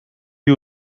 you